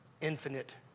infinite